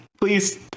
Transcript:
please